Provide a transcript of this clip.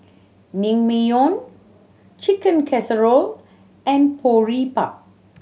Naengmyeon Chicken Casserole and Boribap